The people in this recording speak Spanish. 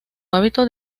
hábito